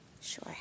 Sure